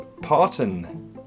Parton